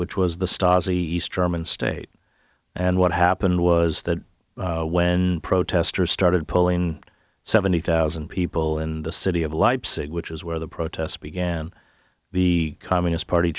german state and what happened was that when protesters started pulling seventy thousand people in the city of leipzig which is where the protests began the communist party